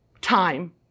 time